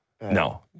No